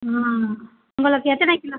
ஆ உங்களுக்கு எத்தனை கிலோ